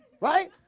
Right